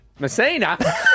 Messina